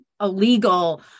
illegal